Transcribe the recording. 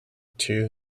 two